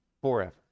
forever